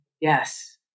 Yes